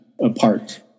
apart